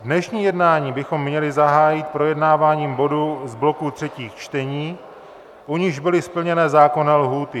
Dnešní jednání bychom měli zahájit projednáváním bodů z bloku třetích čtení, u nichž byly splněny zákonné lhůty.